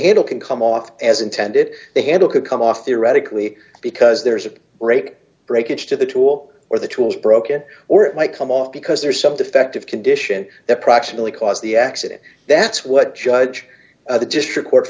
handle can come off as intended they handle could come off theoretically because there's a great breakage to the tool or the tools broken or it might come off because there's some defective condition that proximately caused the accident that's what judge the district